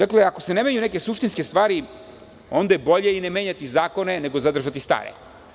Ako se ne menjaju neke suštinske stvari, onda je bolje i ne menjati zakone nego zadržati stare.